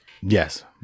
Yes